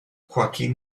joaquín